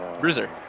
Bruiser